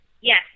Yes